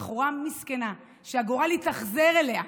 בחורה מסכנה שהגורל התאכזר אליה,